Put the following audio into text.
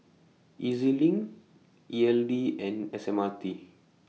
E Z LINK E L D and S M R T